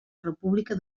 república